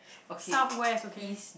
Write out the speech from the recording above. southwest okay